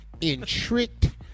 intrigued